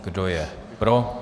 Kdo je pro?